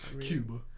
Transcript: Cuba